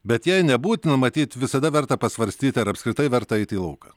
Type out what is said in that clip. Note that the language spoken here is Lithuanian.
bet jei nebūtina matyt visada verta pasvarstyti ar apskritai verta eiti į lauką